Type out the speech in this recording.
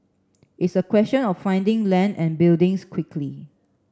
it's a question of finding land and buildings quickly